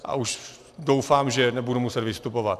A už doufám, že nebudu muset vystupovat.